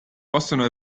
possono